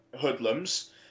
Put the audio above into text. hoodlums